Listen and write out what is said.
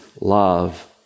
love